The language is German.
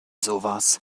sowas